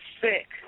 sick